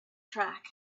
track